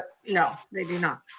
you know they do not.